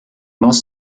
most